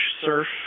surf